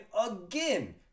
again